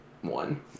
one